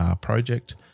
project